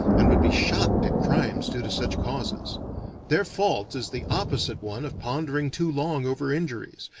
and would be shocked at crimes due to such causes their fault is the opposite one of pondering too long over injuries,